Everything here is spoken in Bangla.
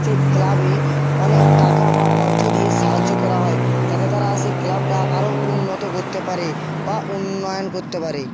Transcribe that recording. সেই ক্লাবে অনেক টাকা বা অর্থ দিয়ে সাহায্য করা হয় যাতে তারা সেই ক্লাবটা আরও উন্নত করতে পারে বা উন্নয়ন করতে পারে